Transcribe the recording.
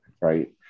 right